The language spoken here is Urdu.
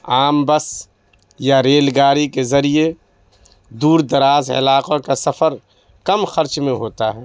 عام بس یا ریل گاڑی کے ذریعے دور دراز علاقوں کا سفر کم خرچ میں ہوتا ہے